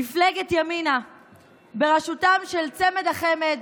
מפלגת ימינה בראשותם של צמד החמד,